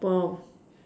!wow!